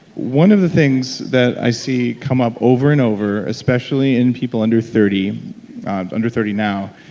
one of the things that i see come up over and over, especially in people under thirty under thirty now,